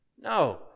No